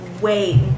wait